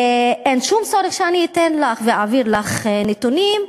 ואין שום צורך שאני אתן לך ואעביר לך נתונים,